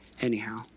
Anyhow